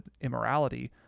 immorality